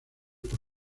por